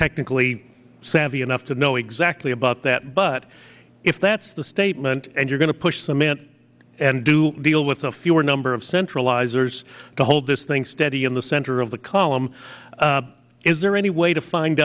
technically savvy enough to know exactly about that but if that's the statement and you're going to push cement and do deal with a fewer number of centralizers to hold this thing steady in the center of the column is there any way to find